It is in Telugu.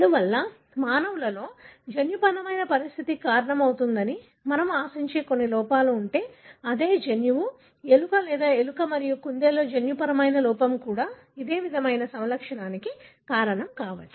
అందువల్ల మానవులలో జన్యుపరమైన పరిస్థితికి కారణమవుతుందని మనము ఆశించే కొన్ని లోపాలు ఉంటే అదే జన్యువు ఎలుక లేదా ఎలుక మరియు కుందేలులో జన్యుపరమైన లోపం కూడా ఇదే విధమైన సమలక్షణానికి కారణం కావచ్చు